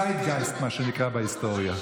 צייטגייסט, מה שנקרא בהיסטוריה.